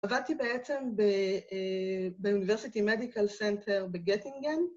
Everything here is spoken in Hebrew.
עבדתי בעצם באוניברסיטי מדיקל סנטר בגטינגן.